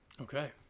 Okay